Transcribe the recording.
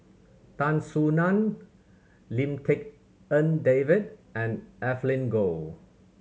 Tan Soo Nan Lim Tik En David and Evelyn Goh